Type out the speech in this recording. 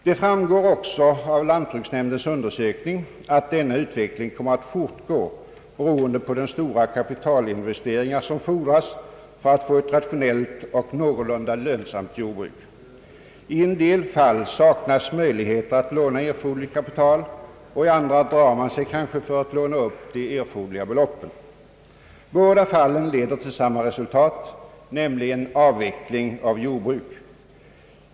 Det framgår också av lantbruksnämndens undersökning, att denna utveckling kommer att fortgå beroende på de stora kapitalinvesteringar som fordras för att få rationellt och någorlunda lönsamt jordbruk. I en del fall saknas möjlighet att låna erforderligt kapital och i andra fall drar man sig för att låna upp de erforderliga beloppen. Alla fallen leder till samma resultat, nämligen en avveckling av jordbruken.